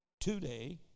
today